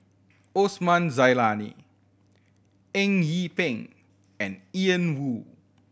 Osman Zailani Eng Yee Peng and Ian Woo